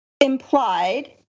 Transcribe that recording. implied